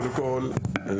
אני